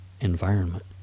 environment